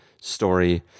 story